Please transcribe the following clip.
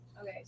Okay